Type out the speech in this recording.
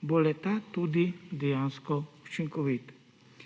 bo le-ta tudi dejansko učinkovit.